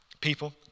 people